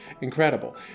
Incredible